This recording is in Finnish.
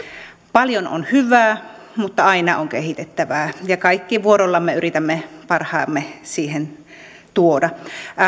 paljon on hyvää mutta aina on kehitettävää ja kaikki vuorollamme yritämme parhaamme siihen tuoda